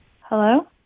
Hello